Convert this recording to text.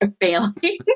failing